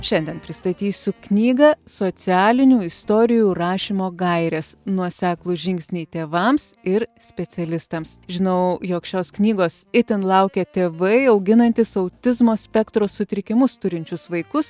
šiandien pristatysiu knygą socialinių istorijų rašymo gairės nuoseklūs žingsniai tėvams ir specialistams žinau jog šios knygos itin laukia tėvai auginantys autizmo spektro sutrikimus turinčius vaikus